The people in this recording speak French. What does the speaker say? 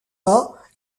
pas